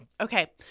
Okay